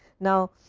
now,